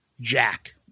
Jack